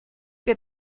que